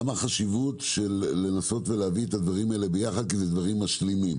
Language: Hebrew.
החשיבות לנסות להביא את הדברים הללו יחד כי זה דברים משלימים.